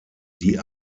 die